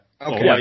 Okay